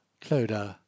Clodagh